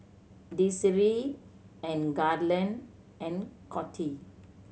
Desiree and Garland and Coty